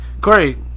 Corey